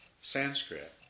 Sanskrit